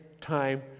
time